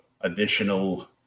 additional